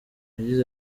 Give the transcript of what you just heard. yagize